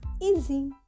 easy